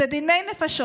אלה דיני נפשות.